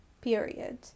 period